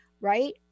right